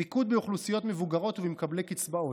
מיקוד באוכלוסיות מבוגרות ובמקבלי קצבאות,